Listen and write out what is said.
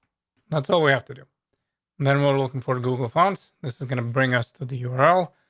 that's all we have to do then we're looking for google fonts. this is gonna bring us to the euro.